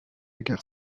guerre